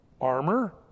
armor